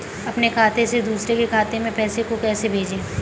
अपने खाते से दूसरे के खाते में पैसे को कैसे भेजे?